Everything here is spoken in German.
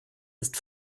ist